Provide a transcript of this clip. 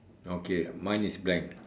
okay mine is blank